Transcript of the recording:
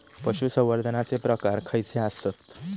पशुसंवर्धनाचे प्रकार खयचे आसत?